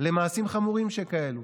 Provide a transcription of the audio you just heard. למעשים חמורים שכאלה.